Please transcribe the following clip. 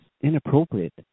inappropriate